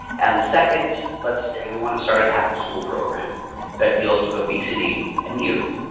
and the second, let's say we want to start an afterschool program that deals with obesity and youth.